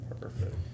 Perfect